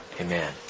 Amen